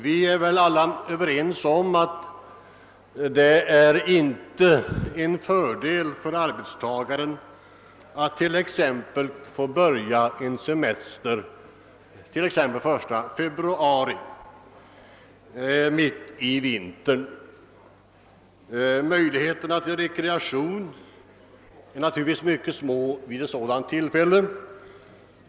Vi är väl alla överens om att det inte är en fördel för arbetstagaren att få börja sin semester t.ex. den 1 februari, mitt i vintern. Möjligheterna till rekreation är naturligtvis mycket små vid en sådan tidpunkt.